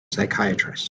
psychiatrist